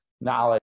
knowledge